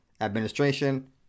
administration